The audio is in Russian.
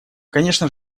конечно